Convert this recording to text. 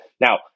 Now